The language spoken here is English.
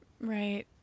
right